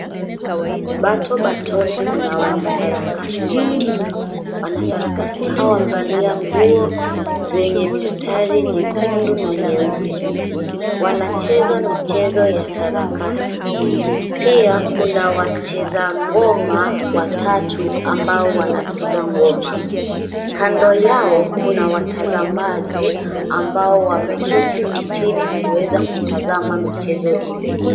Bato batone kuna wanasarakasi wanne. Wanasarakasi hawa wamevalia nguo zenye mistari nyekundu na nyeupe wanacheza michezo ya sarakasi. Pia kuna wacheza ngoma watatu ambao wanapiga ngoma kando yao kuna watazamaji ambao wameketi vitini kuweza kutazama michezo ile.